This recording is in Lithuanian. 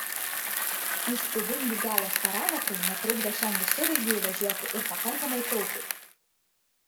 įspūdingi galios parametrai netrukdo šiam visureigiui važiuoti ir pakankamai taupiai